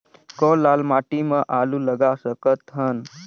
कौन लाल माटी म आलू लगा सकत हन?